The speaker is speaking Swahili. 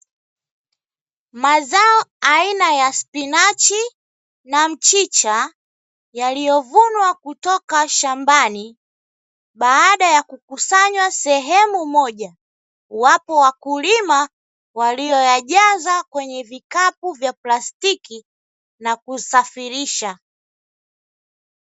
Mazao aina ya spinachi na mchicha yaliyovunwa kutoka shambani baada ya kukusanywa sehemu moja, wapo wakulima walioyajaza kwenye vikapu vya plastiki na kusafirisha.